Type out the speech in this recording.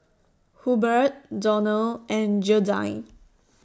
Hubert Donald and Gearldine